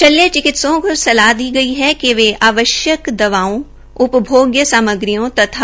शल्य चिकित्सकों को सलाह दी गई है कि वे आवश्यक दवाओं उपभोग सामग्रियों तथा